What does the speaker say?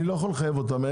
לחייב אותם.